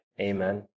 Amen